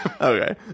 Okay